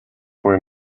for